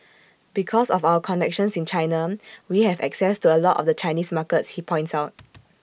because of our connections in China we have access to A lot of the Chinese markets he points out